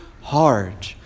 hard